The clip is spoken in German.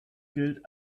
gilt